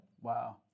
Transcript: Wow